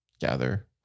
gather